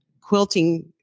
quilting